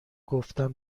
گفتم